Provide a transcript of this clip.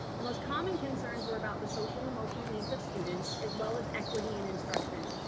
the most common concerns were about the social emotional needs of students, as well as equity and instruction.